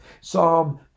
Psalm